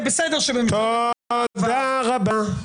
תודה רבה.